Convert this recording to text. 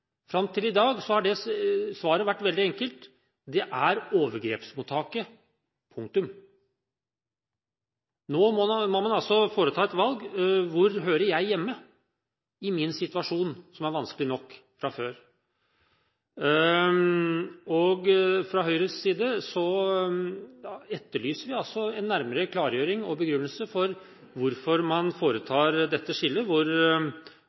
Fram til i dag har det svaret vært veldig enkelt. Det er overgrepsmottaket, punktum. Nå må man altså foreta et valg: Hvor hører jeg hjemme i min situasjon, som er vanskelig nok fra før? Fra Høyres side etterlyser vi en nærmere klargjøring og begrunnelse for hvorfor man foretar dette skillet, hvor